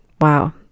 Wow